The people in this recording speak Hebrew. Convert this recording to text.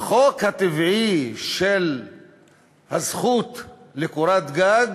שהחוק הטבעי של הזכות לקורת גג